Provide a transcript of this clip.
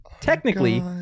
technically